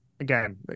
Again